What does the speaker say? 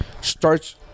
starts